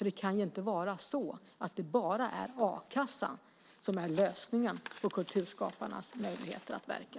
Det kan inte bara vara a-kassan som är lösningen på kulturskaparnas möjligheter att verka.